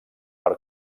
per